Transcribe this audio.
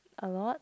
a lot